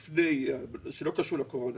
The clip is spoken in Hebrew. שלא קשור לקורונה,